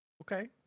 Okay